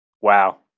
Wow